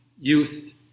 youth